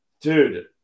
Dude